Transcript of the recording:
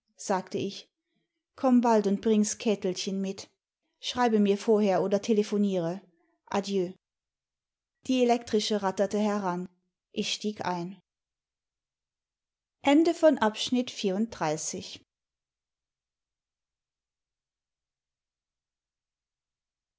sagte ich komm bald und bring s kätelchen mit schreibe mir vorher oder telephoniere adieu die elektrische ratterte heran ich stieg ein